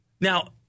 Now